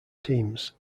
teams